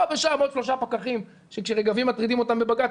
פה ושם עוד שלושה פקחים שכאשר רגבים מטרידים אותם בבג"צ,